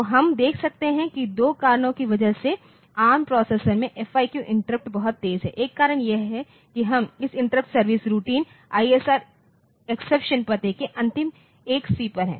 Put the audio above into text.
तो हम देख सकते हैं कि दो कारणों की वजह से ARM प्रोसेसर में FIQ इंटरप्ट बहुत तेज है एक कारण यह है कि हम इस interrupt service routine ISR exception पते के अंतिम 1C पर है